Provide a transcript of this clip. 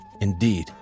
indeed